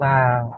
Wow